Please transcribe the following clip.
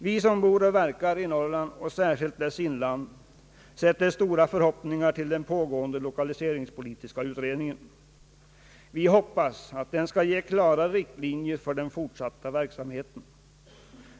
Vi som bor och verkar i Norrland och särskilt dess inland sätter stora förhoppningar till den pågående lokaliseringspolitiska utredningen. Vi hoppas att den skall ange klara riktlinjer för den fortsatta verksamheten.